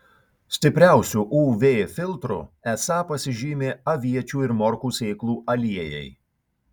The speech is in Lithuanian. stipriausiu uv filtru esą pasižymi aviečių ir morkų sėklų aliejai